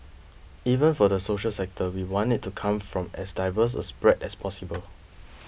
even for the social sector we want it to come from as diverse a spread as possible